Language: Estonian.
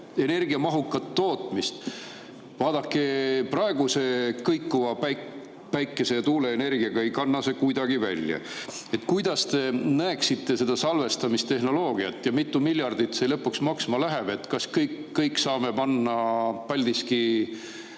energiamahukat tootmist. Vaadake, praeguse kõikuva päikese- ja tuuleenergiaga ei kanna see kuidagi välja. Millisena te näete seda salvestamistehnoloogiat ja mitu miljardit see lõpuks maksma läheb? Kas kõik saame panna Paldiski